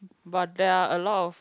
but there are a lot of